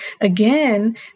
again